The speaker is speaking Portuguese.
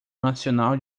nacional